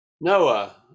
noah